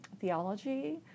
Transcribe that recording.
theology